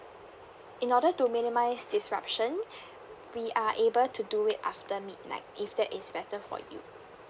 in order to minimise disruption we are able to do it after midnight if that is better for you